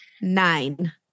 Nine